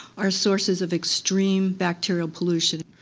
are sources of extreme bacterial pollution.